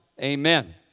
Amen